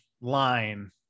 line